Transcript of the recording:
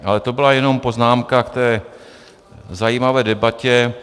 Ale to byla jenom poznámka k zajímavé debatě.